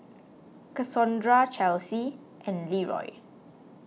Cassondra Chelsey and Leeroy